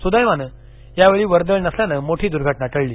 सुदैवानं यावेळी वर्दळ नसल्यानं मोठी दुर्घटना टळली